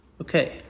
Okay